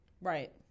Right